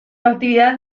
actividad